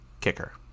Kicker